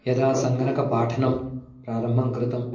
यदा सङ्गणकपाठनं प्रारम्भं कृतम्